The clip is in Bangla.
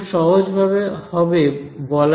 খুব সহজ হবে বলা যায় E × H